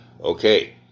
okay